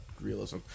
realism